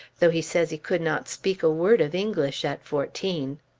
though he says he could not speak a word of english at fourteen!